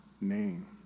name